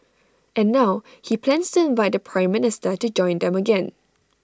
and now he plans to invite the Prime Minister to join them again